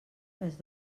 més